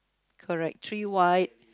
correct three white